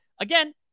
again